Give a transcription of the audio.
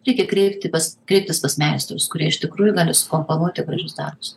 reikia kreipti pas kreiptis pas meistrus kurie iš tikrųjų gali sukomponuoti gražius darbus